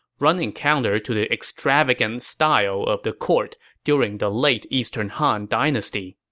running counter to the extravagant style of the court during the late eastern han dynasty.